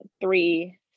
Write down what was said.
three